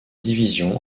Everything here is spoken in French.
division